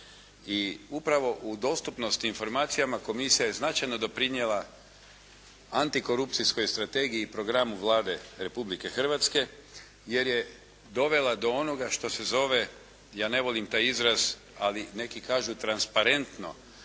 I upravo u dostupnosti informacijama Komisija je značajno doprinijela antikorupcijskoj strategiji i programu Vlade Republike Hrvatske, jer je dovela do onoga što se zove, ja ne volim taj izraz ali neki kažu transparentno,